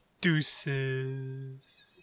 Deuces